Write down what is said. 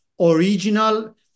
original